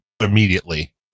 immediately